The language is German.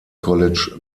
college